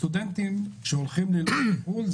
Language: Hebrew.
סטודנט שהולך ללמוד בחו"ל,